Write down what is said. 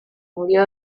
murió